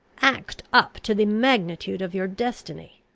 act up to the magnitude of your destiny.